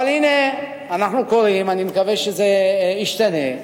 אבל הנה אנחנו קוראים, אני מקווה שזה ישתנה,